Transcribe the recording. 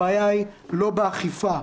הבעיה היא לא באכיפה,